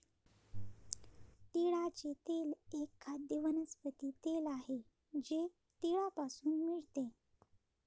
तिळाचे तेल एक खाद्य वनस्पती तेल आहे जे तिळापासून मिळते